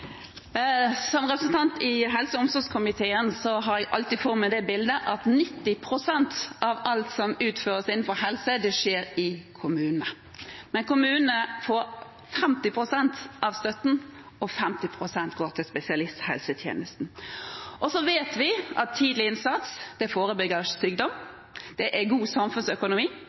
omsorgskomiteen har jeg alltid foran meg det bildet at 90 pst. av alt som utføres innenfor helse, skjer i kommunene. Men kommunene får 50 pst. av støtten, og 50 pst. går til spesialisthelsetjenesten. Vi vet at tidlig innsats forebygger sykdom. Det er god samfunnsøkonomi.